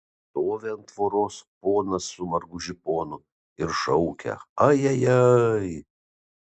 stovi ant tvoros ponas su margu žiponu ir šaukia ajajai